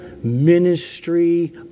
Ministry